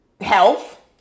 health